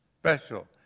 special